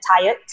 tired